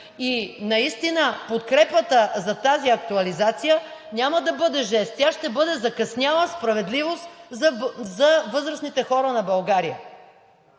и наистина подкрепата за тази актуализация няма да бъде жест, тя ще бъде закъсняла справедливост за възрастните хора на България.